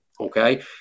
Okay